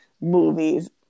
movies